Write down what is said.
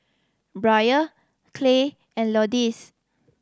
Bria Clay and Lourdes